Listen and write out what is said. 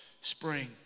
spring